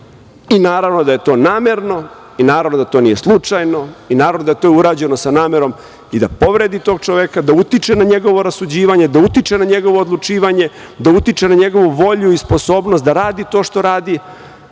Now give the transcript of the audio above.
Naravno da je to namerno i naravno da to nije slučajno, i naravno da je to urađeno sa namerom i da povredi tog čoveka, da utiče na njegovo rasuđivanje, da utiče na njegovo odlučivanje, da utiče na njegovu volju i sposobnost da radi to što radi,